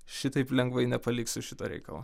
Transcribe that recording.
šitaip lengvai nepaliksiu šito reikalo